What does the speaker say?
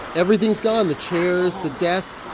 everything's gone the chairs, the desks